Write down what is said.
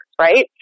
right